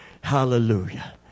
Hallelujah